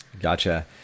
Gotcha